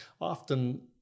often